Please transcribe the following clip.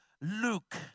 Luke